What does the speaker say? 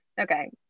okay